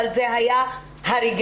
אבל זה היה הריגה,